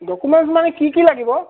documents মানে কি কি লাগিব